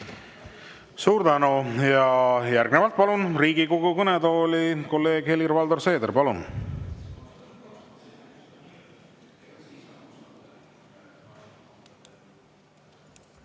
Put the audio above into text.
Suur tänu! Järgnevalt palun Riigikogu kõnetooli kolleeg Helir-Valdor Seederi. Palun!